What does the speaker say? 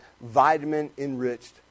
vitamin-enriched